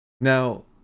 Now